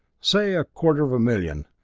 say a quarter of a million.